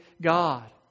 God